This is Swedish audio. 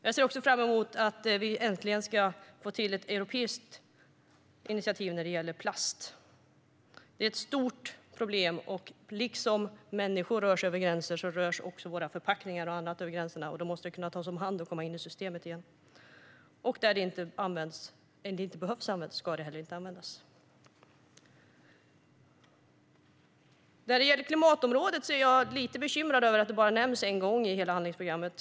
Jag ser också fram emot att vi äntligen ska få till ett europeiskt initiativ när det gäller plast. Det är ett stort problem. Liksom människor rör sig över gränser rör sig också våra förpackningar och annat över gränser. Detta måste kunna tas om hand och komma in i systemet igen. Och där det inte behöver användas ska det heller inte användas. När det gäller klimatområdet är jag lite bekymrad över att det bara nämns en gång i hela handlingsprogrammet.